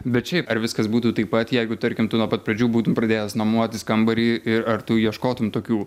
bet šiaip ar viskas būtų taip pat jeigu tarkim tu nuo pat pradžių būtum pradėjęs nuomotis kambarį ir ar tu ieškotum tokių